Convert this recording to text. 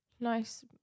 Nice